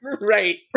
Right